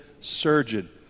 surgeon